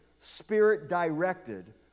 spirit-directed